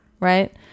Right